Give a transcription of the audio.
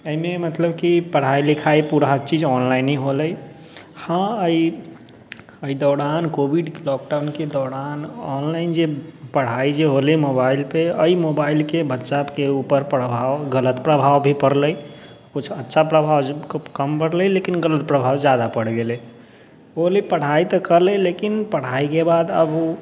एहिमे मतलब कि पढ़ाइ लिखाइ पूरा हर चीज ऑनलाइने होलै हँ एहि दौरान कोविड लॉकडाउनके दौरान ऑनलाइन जे पढ़ाइ जे होलै मोबाइलपर एहि मोबाइलके बच्चाके ऊपर प्रभाव गलत प्रभाव भी पड़लै किछु अच्छा प्रभाव कम पड़लै लेकिन गलत प्रभाव ज्यादा पड़ि गेलै ओहिलए पढ़ाइ तऽ कऽ लै लेकिन पढ़ाइके बाद अब ओ